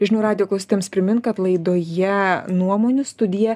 žinių radijo klausytojams primint kad laidoje nuomonių studija